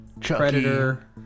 Predator